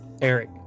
Eric